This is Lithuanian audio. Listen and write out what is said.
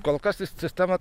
kol kas sistema